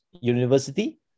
university